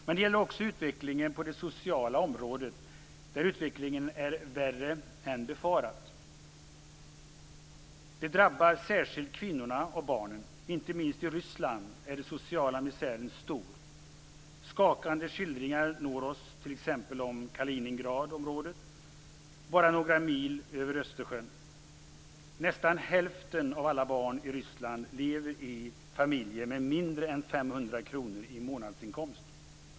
Men det gäller också utvecklingen på det sociala området. Där är utvecklingen värre än befarat. Det drabbar särskilt kvinnorna och barnen. Inte minst i Ryssland är den sociala misären stor. Skakande skildringar når oss t.ex. om Kaliningradområdet, bara några mil över Östersjön. Nästan hälften av alla barn i Ryssland lever i familjer med mindre än 500 kr i månadsinkomst.